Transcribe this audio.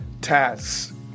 tasks